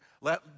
let